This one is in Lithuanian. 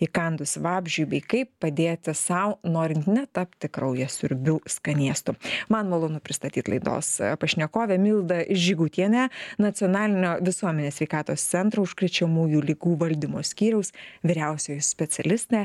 įkandus vabzdžiui bei kaip padėti sau norin netapti kraujasiurbių skanėstu man malonu pristatyt laidos pašnekovę mildą žygutienę nacionalinio visuomenės sveikatos centro užkrečiamųjų ligų valdymo skyriaus vyriausioji specialistė